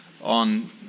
on